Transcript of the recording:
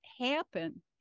happen